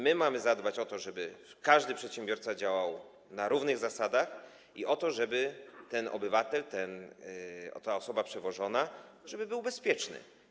My mamy zadbać o to, żeby każdy przedsiębiorca działał na równych zasadach, i o to, żeby ten obywatel, ta osoba przewożona, był bezpieczny.